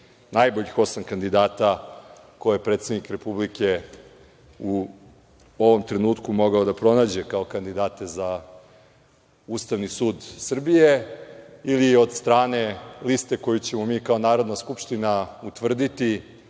najboljih osam kandidata koje je predsednik Republike u ovom trenutku mogao da pronađe kao kandidate za Ustavni sud Srbije, ili od strane liste koju ćemo mi kao Narodna skupština utvrditi